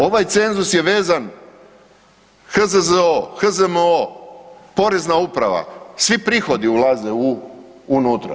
Ovaj cenzus je vezan HZZO, HZMO, Porezna uprava, svi prihodi ulaze unutra.